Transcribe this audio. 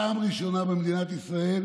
פעם ראשונה במדינת ישראל,